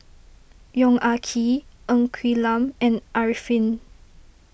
Yong Ah Kee Ng Quee Lam and Arifin